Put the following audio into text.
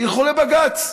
ילכו לבג"ץ.